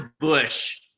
Bush